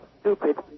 stupid